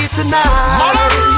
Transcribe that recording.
tonight